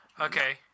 Okay